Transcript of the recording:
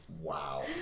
Wow